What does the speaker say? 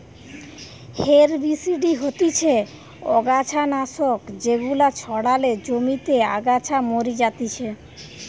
herbicide হতিছে অগাছা নাশক যেগুলা ছড়ালে জমিতে আগাছা মরি যাতিছে